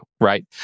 right